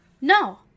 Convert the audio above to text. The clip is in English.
No